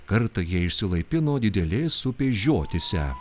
kartą jie išsilaipino didelės upės žiotyse